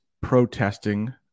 protesting